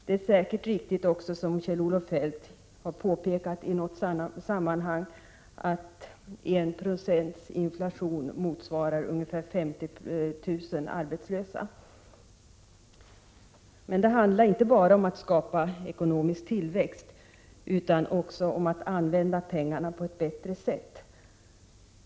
Det är säkert riktigt, som Kjell-Olof Feldt påpekat i något sammanhang, att 1 96 inflation innebär ca 50 000 arbetslösa. Men det handlar inte bara om att skapa ekonomisk tillväxt utan också om att använda pengarna på ett bättre sätt.